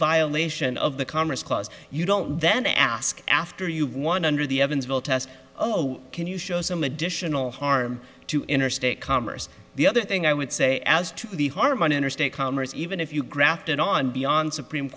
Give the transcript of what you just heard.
violation of the commerce clause you don't then ask after you've won under the evansville test oh can you show some additional harm to interstate commerce the other thing i would say as to the harm on interstate commerce even if you grafted on beyond supreme